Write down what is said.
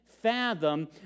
Fathom